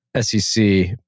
SEC